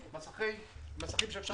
והרצון של האנשים לעלות למעלה.